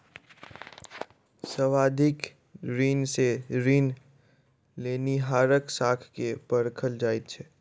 सावधि ऋण सॅ ऋण लेनिहारक साख के परखल जाइत छै